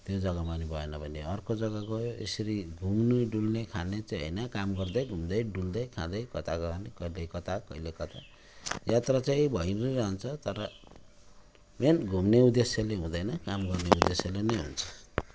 त्यो जग्गामा अलि भएन भने अर्को जग्गा गयो यसरी घुम्नु डुल्ने खाने चाहिँ हैन काम गर्दै घुम्दै डुल्दै खाँदै कता गयो अनि कहिले कता कहिले कता यात्रा चाहिँ भई नै रहन्छ तर मेन घुम्ने उद्देश्यले हुँदैन काम गर्ने उद्देश्यले नै हुन्छ